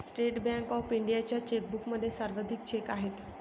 state bank of इंडियाच्या चेकबुकमध्ये सर्वाधिक चेक आहेत